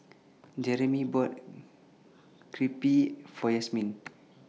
Jeramy bought Crepe For Yasmine